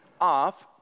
off